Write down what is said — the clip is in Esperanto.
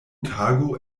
tago